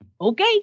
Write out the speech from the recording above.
okay